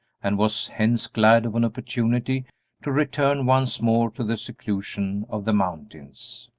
and was hence glad of an opportunity to return once more to the seclusion of the mountains.